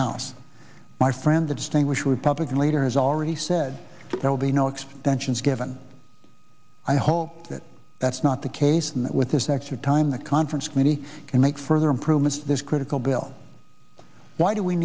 house my friend the distinguished republican leader has already said there will be no extensions given i hope that that's not the case with this extra time the conference committee can make further improvements this critical bill why do we